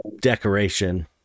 decoration